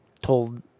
told